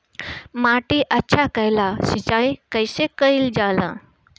माटी अच्छा कइला ला सिंचाई कइसे कइल जाला?